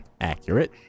Accurate